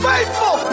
Faithful